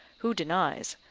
who denies,